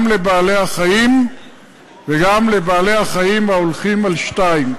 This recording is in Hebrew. גם לבעלי-החיים וגם לבעלי-החיים ההולכים על שתיים.